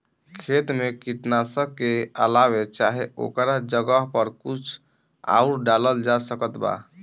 खेत मे कीटनाशक के अलावे चाहे ओकरा जगह पर कुछ आउर डालल जा सकत बा?